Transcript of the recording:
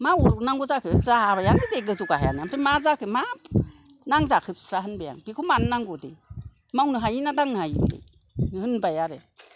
मा अरनांगौ जाखो जाबायानो दे गोजौ गाहायानो आमफ्राय मा जाखो मा नांजाखो बिस्रा होनबाय आङो बेखौ मानो नांगौ दे मावनो हायो ना दांनो हायो होनबाय आरो